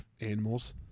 animals